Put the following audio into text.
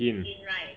Chee Kin